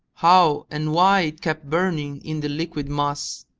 how and why it kept burning in the liquid mass,